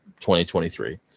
2023